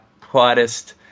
quietest